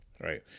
right